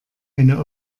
eine